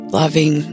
loving